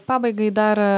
pabaigai dar